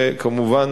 וכמובן